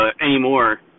anymore